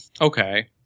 okay